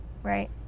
Right